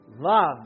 love